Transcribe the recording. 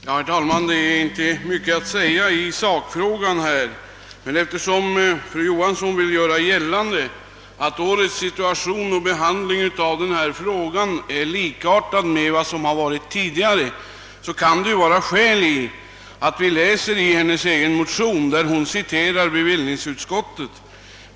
Herr talman! Det är inte mycket att säga i sakfrågan, men eftersom fru Johansson vill göra gällande, att årets situation och behandling av detta ärende är likartad med vad som varit tidigare, kan det ju finnas skäl till att vi läser i hennes egen motion, där hon citerar ur bevillningsutskottets betänkande nr 11 år 1966.